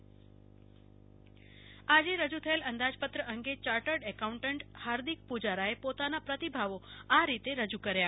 કલ્પના Shah bite આજે રજુ થયેલા અંદાજ પત્ર અંગે યાર્ટર્ડ એકાઉન્ટન્ટ ફાર્દિક પુજારા એ પોતાના પ્રતિભાવો આ રીતે રજુ કર્યા